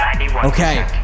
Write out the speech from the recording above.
Okay